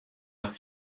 you